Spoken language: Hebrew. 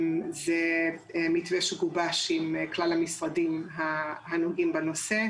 זה מתווה שגובש עם כלל המשרדים הנוגעים בנושא,